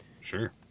Sure